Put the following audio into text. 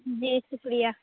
جی شکریہ